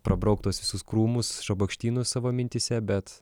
prabraukt tuos visus krūmus šabakštynus savo mintyse bet